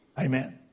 Amen